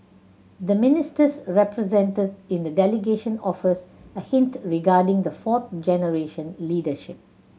the Ministers represented in the delegation offers a hint regarding the fourth generation leadership